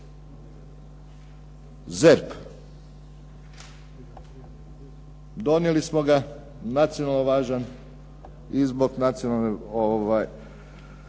ZERP, donijeli smo ga, nacionalno važan i zbog pitanja